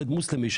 ילד מוסלמי,